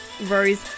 rose